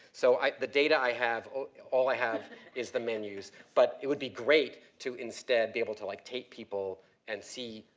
so i, the data i have, ah all, all i have is the menus but it would be great to instead be able to, like, take people and see,